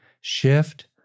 shift